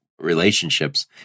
relationships